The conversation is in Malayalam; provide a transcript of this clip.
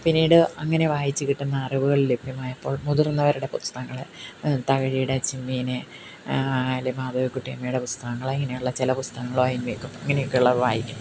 പിന്നീട് അങ്ങനെ വായിച്ചു കിട്ടുന്ന അറിവുകൾ ലഭ്യമായപ്പോൾ മുതിർന്നവരുടെ പുസ്തകങ്ങൾ തകഴീടെ ചെമ്മീൻ അല്ലെ മാധവികുട്ടിയമ്മയുടെ പുസ്തകങ്ങൾ അങ്ങനെ ഉള്ള ചെല പുസ്തകങ്ങള് ഓ എൻ വി ക്കെ ഇങ്ങനെയൊക്കെ ഉള്ളത് വായിക്കും